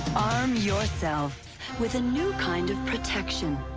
arm yourself with a new kind of protection.